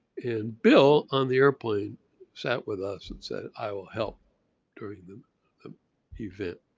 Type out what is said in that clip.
and bill on the airplane sat with us and said i will help during the event.